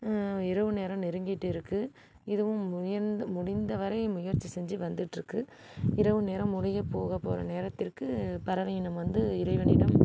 இரவு நேரம் நெருங்கிட்ருக்கு இதுவும் முடிந்த வரை முயற்சி செஞ்சு வந்துட்டிருக்கு இரவு நேரம் முடிய போக போகிற நேரத்திற்கு பறவை இனம் வந்து இறைவனிடம்